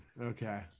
Okay